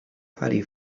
putty